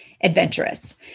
adventurous